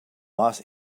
los